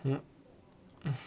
mm